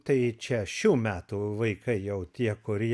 tai čia šių metų vaikai jau tie kurie